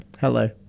Hello